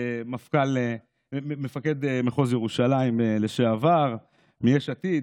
מפקד מחוז ירושלים לשעבר מיש עתיד.